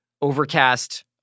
overcast